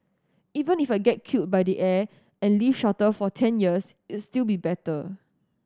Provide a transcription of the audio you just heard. even if I get killed by the air and live shorter for ten years it'll still be better